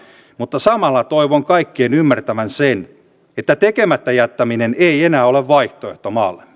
mutta samalla toivon kaikkien ymmärtävän sen että tekemättä jättäminen ei enää ole vaihtoehto maallemme